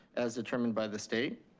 as determined by the state.